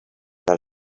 del